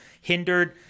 hindered